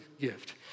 gift